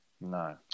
No